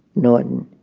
norton.